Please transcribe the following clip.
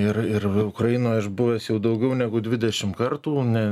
ir ir ukrainoj aš buvęs jau daugiau negu dvidešim kartų ne